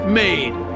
made